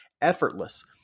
Effortless